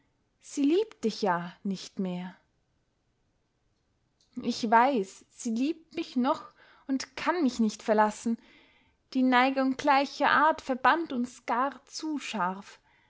sie liebt dich ja nicht mehr ich weiß sie liebt mich noch und kann mich nicht verlassen die neigung gleicher art verband uns gar zu scharf